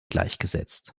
gleichgesetzt